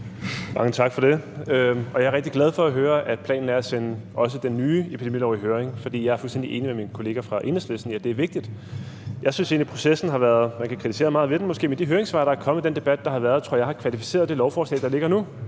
(RV): Mange tak for det. Jeg er rigtig glad for at høre, at planen er også at sende den nye epidemilov i høring, for jeg er fuldstændig enig med min kollega fra Enhedslisten i, at det er vigtigt. Man kan måske kritisere meget ved processen, men jeg tror egentlig, at de høringssvar, der er kommet, og den debat, der har været, har kvalificeret det lovforslag, der ligger nu.